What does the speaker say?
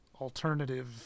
alternative